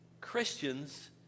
Christians